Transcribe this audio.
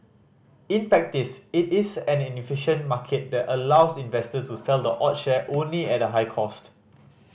in practice it is an inefficient market that allows investors to sell the odd share only at a high cost